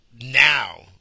now